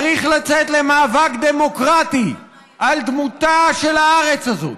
צריך לצאת למאבק דמוקרטי על דמותה של הארץ הזאת,